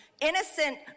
innocent